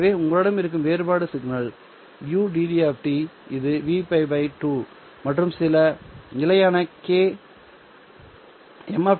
எனவே உங்களிடம் இருக்கும் வேறுபாட்டு சிக்னல் ud இது Vπ 2 மற்றும் சில நிலையான k